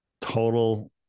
total